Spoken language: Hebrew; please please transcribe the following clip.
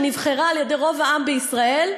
שנבחרה על-ידי רוב העם בישראל,